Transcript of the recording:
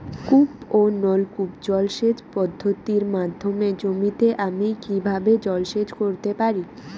কূপ ও নলকূপ জলসেচ পদ্ধতির মাধ্যমে জমিতে আমি কীভাবে জলসেচ করতে পারি?